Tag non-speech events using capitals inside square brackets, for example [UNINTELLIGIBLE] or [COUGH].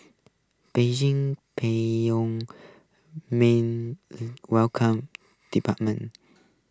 Beijing Pyongyang's main [UNINTELLIGIBLE] welcomed department